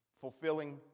fulfilling